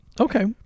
Okay